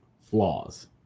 flaws